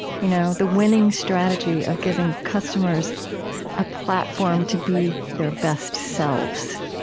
you know the winning strategy of giving customers a platform to be their best selves.